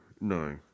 no